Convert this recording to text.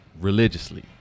religiously